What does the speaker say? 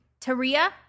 Taria